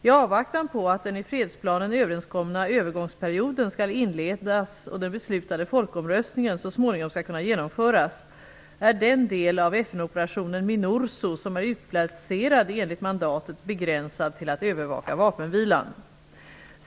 I avvaktan på att den i fredsplanen överenskomna övergångsperioden skall inledas och den beslutade folkomröstningen så småningom skall kunna genomföras, är den del av FN-operationen Minurso som är utplacerad enligt mandatet begränsad till att övervaka vapenvilan.